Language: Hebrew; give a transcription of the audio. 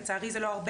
לצערי זה לא הרבה.